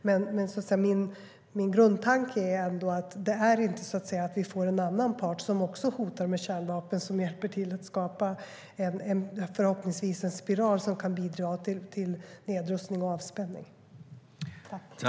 Men min grundtanke är ändå inte att vi får en annan part som också hotar med kärnvapen och som hjälper till att förhoppningsvis skapa en spiral som kan bidra till nedrustning och avspänning.